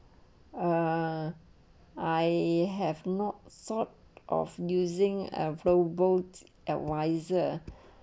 uh I have not sought of using a flow both adviser